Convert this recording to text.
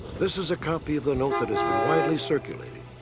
this is a copy of the note that has been widely circulated.